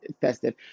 festive